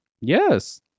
yes